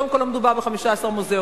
קודם כול לא מדובר ב-15 מוזיאונים.